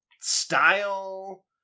style